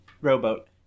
rowboat